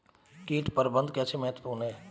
कीट प्रबंधन कैसे महत्वपूर्ण है?